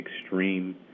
extreme